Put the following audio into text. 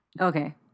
okay